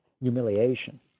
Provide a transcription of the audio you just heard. humiliation